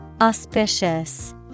Auspicious